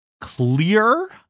clear